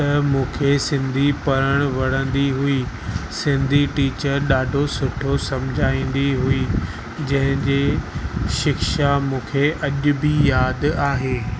त मूंखे सिंधी पढ़ण वणंदी हुई सिंधी टीचर ॾाढो सुठो समुझाईंदी हुई जंहिंजी शिक्षा मूंखे अॼु बि यादि आहे